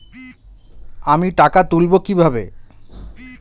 আমি টাকা তুলবো কি ভাবে?